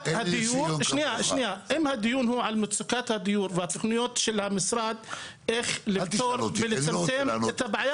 אם הדיון הוא על מצוקת הדיור והתוכניות של המשרד לאיך לצמצם את הבעיה,